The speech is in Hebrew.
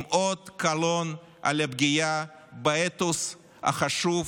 עם אות קלון על הפגיעה באתוס החשוב